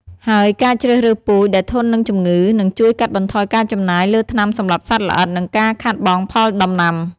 ហើយការជ្រើសរើសពូជដែលធន់នឹងជំងឺ នឹងជួយកាត់បន្ថយការចំណាយលើថ្នាំសម្លាប់សត្វល្អិត និងការខាតបង់ផលដំណាំ។